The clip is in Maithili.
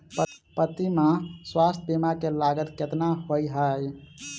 प्रति माह स्वास्थ्य बीमा केँ लागत केतना होइ है?